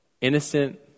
innocent